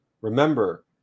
Remember